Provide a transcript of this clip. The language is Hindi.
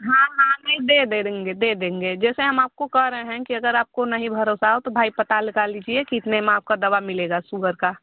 हाँ हाँ नहीं दे देगे दे देंगे जैसे हम आपको कह रहे हैं कि अगर आपको नहीं भरोसा हो तो भाई पता लगा लीजिए कितने में आपका दवा मिलेगा सुगर का